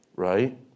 right